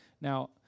Now